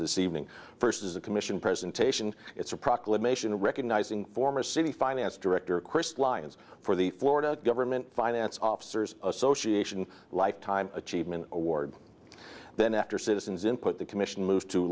this evening first is the commission presentation it's a proclamation recognizing former city finance director chris lyons for the florida government finance officers association lifetime achievement award then after citizens input the commission moves to